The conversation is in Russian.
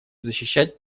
защищать